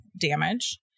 damage